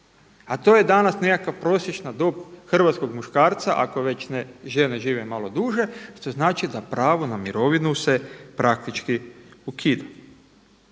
a to je danas nekakva prosječna dob hrvatskog muškarca, ako već ne žene žive malo duže, što znači da pravo na mirovinu se praktički ukida.